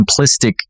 simplistic